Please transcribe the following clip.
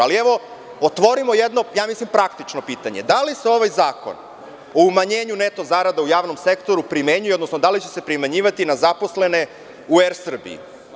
Ali, evo, otvorimo jedno praktično pitanje – da li se ovaj zakon o umanjenju neto zarada u javnom sektoru primenjuje, odnosno da li će se primenjivati na zaposlene u „ER Srbiji“